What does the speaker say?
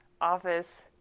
office